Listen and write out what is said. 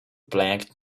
black